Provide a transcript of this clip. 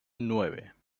nueve